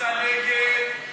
את